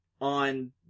On